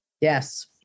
yes